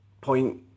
point